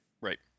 Right